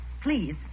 Please